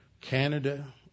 Canada